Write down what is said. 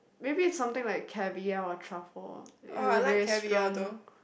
maybe is something like Cavier or Truffle it has a very strong